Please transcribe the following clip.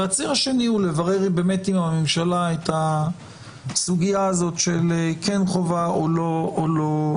והציר השני הוא לברר עם הממשלה את הסוגיה של כן חובה או לא חובה.